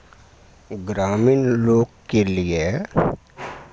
ग्रामीण लोकके लिए